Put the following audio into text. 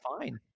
fine